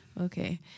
Okay